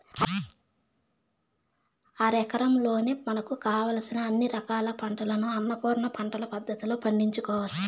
అరెకరంలోనే మనకు కావలసిన అన్ని రకాల పంటలను అన్నపూర్ణ పంటల పద్ధతిలో పండించుకోవచ్చు